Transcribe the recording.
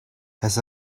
has